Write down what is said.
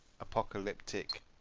apocalyptic